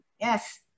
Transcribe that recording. Yes